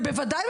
ובוודאי,